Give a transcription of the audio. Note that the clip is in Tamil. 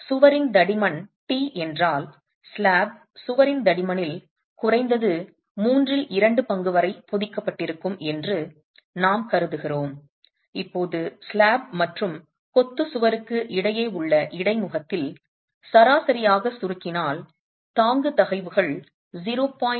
சுவரின் தடிமன் t என்றால் ஸ்லாப் சுவரின் தடிமனில் குறைந்தது மூன்றில் இரண்டு பங்கு வரை பொதிக்கப்பட்டிருக்கும் என்று நாம் கருதுகிறோம் இப்போது ஸ்லாப் மற்றும் கொத்து சுவருக்கு இடையே உள்ள இடைமுகத்தில் சராசரியாக சுருக்கினால் தாங்கு தகைவுகள் 0